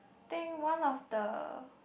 think one of the